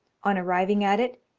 on arriving at it,